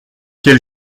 quel